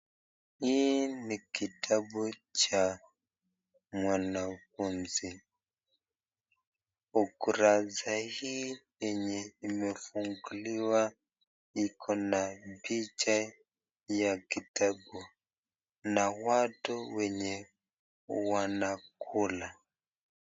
Hii ni kitabu cha mwanafunzi, ukurasa hii yenye imefunguliwa iko na picha ya kitabu na watu wenye wanakula.